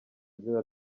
izina